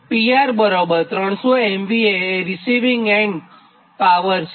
PR૩૦૦MVA એ પર phase receiving end power છે